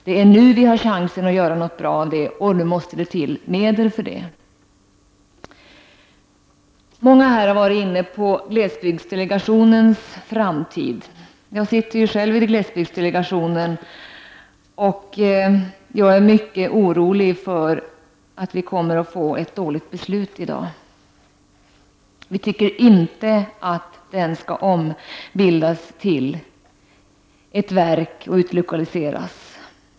Det är nu vi har chansen att göra något bra av det, och nu måste det till medel för detta. Många har varit inne på glesbygdsdelegationens framtid. Jag sitter själv i den, och jag är mycket orolig för att vi kommer att få ett dåligt beslut i dag. Vi tycker inte att glesbygdsdelegationen skall ombildas till ett verk och utlokaliseras.